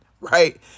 Right